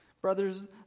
brothers